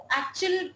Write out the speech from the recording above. actual